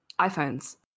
iPhones